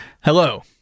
Hello